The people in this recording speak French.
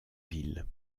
ville